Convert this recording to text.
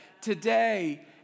Today